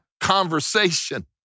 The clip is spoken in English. conversation